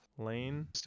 lane